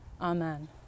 Amen